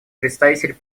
представитель